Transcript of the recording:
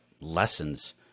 lessons